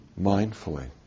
mindfully